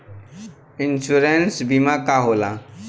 Insurance बीमा का होला?